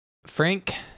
Frank